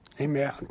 Amen